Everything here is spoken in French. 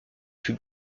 fut